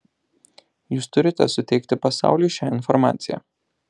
jūs turite suteikti pasauliui šią informaciją